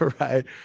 right